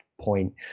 point